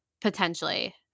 potentially